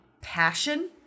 Passion